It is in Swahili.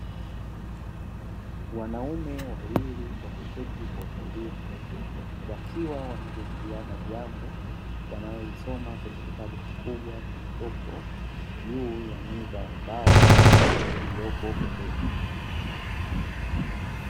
Wanaume wawili wameketi kwa utulivu, wakiwa wanajadiliana jambo. Wanalolisoma kwenye kitabu kikubwa, kilichopo juu ya meza ya mbao, iliyopo pembeni yao.